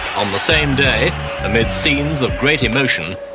on the same day amid scenes of great emotion,